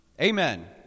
Amen